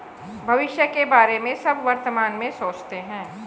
भविष्य के बारे में सब वर्तमान में सोचते हैं